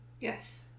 Yes